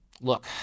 Look